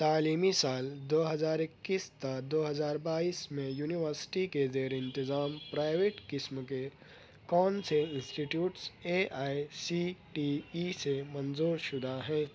تعلیمی سال دو ہزار ایکس تا دو ہزار بائیس میں یونیورسٹی کے زیر انتظام پرائیویٹ قسم کے کون سے institutes A I C T E سے منظور شدہ ہیں